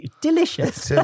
Delicious